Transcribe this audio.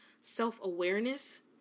self-awareness